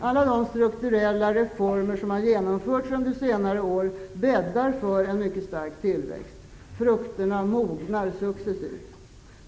Alla de strukturella reformer som har genomförts under senare år bäddar för en mycket stark tillväxt -- frukterna mognar successivt.